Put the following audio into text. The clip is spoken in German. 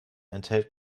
enthält